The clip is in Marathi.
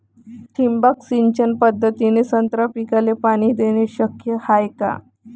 ठिबक सिंचन पद्धतीने संत्रा पिकाले पाणी देणे शक्य हाये का?